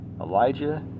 Elijah